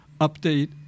update